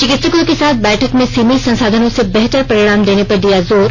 चिकित्सकों के साथ बैठक में सीमित संसाधनों से बेहतर परिणाम देने पर दिया जोर